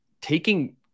Taking